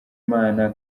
imana